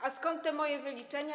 A skąd te moje wyliczenia?